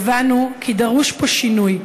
הבנו כי דרוש פה שינוי,